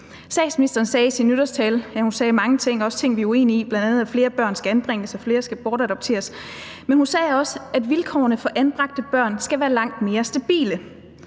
ting, vi er uenige i, bl.a., at flere børn skal anbringes og flere skal bortadopteres – at vilkårene for anbragte børn skal være langt mere stabile.